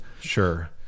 Sure